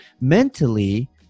mentally